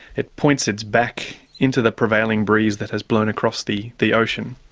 it points its back into the prevailing breeze that has blown across the the ocean.